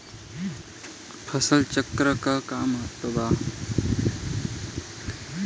फसल चक्रण क का महत्त्व बा?